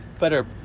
better